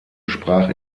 sprach